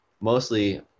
mostly